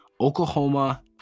Oklahoma